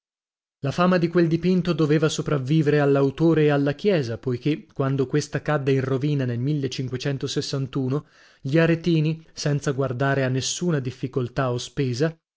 la fama di quel dipinto doveva sopravvivere all'autore e alla chiesa poichè quando questa cadde in rovina nel gli aretini senza guardare a nessuna difficoltà o spesa